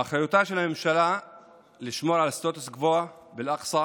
באחריותה של הממשלה לשמור על הסטטוס קוו באל-אקצא